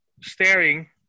staring